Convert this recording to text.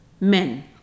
Men